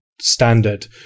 standard